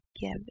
give